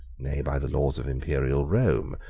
nay, by the laws of imperial rome,